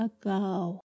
ago